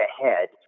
ahead